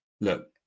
look